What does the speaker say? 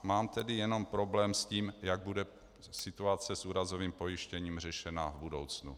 Mám tedy jenom problém s tím, jak bude situace s úrazovým pojištěním řešena v budoucnu.